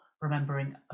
remembering